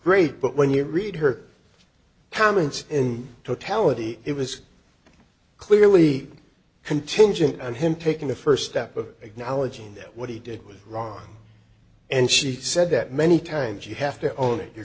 great but when you read her comments in totality it was clearly contingent on him taking the first step of acknowledging that what he did was wrong and she said that many times you have to own